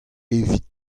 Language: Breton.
evit